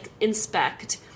inspect